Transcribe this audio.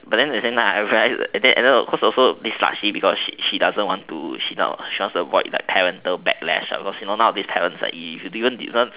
but then at the same time I realize and then and then cause also she doesn't want to she wants to avoid the parental backlash because nowadays parents are if if